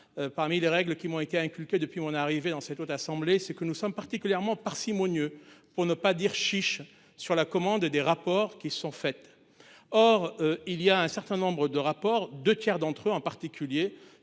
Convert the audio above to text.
Parmi les règles qui m'ont été inculquées. Depuis mon arrivée dans cette haute assemblée, c'est que nous sommes particulièrement parcimonieux pour ne pas dire chiche sur la commande des rapports qui sont faites. Or il y a un certain nombre de rapports 2 tiers d'entre eux en particulier